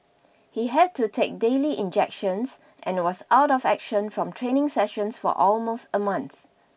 he had to take daily injections and was out of action from training sessions for almost a month